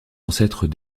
ancêtres